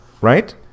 right